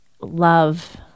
love